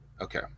Okay